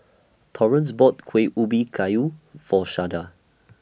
Torrence bought Kuih Ubi Kayu For Sharday